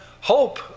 hope